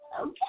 Okay